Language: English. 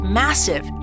massive